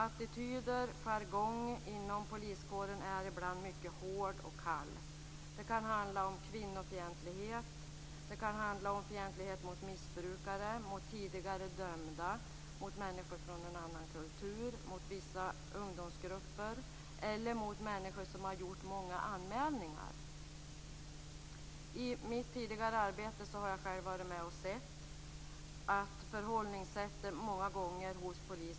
Attityden och jargongen inom poliskåren är ibland mycket hård och kall. Det kan handla om kvinnofientlighet, fientlighet mot missbrukare, mot tidigare dömda, mot människor från en annan kultur, mot vissa ungdomsgrupper eller mot människor som har gjort många anmälningar. I mitt tidigare arbete har jag själv varit med och sett att förhållningssättet hos polisen många gånger har brustit.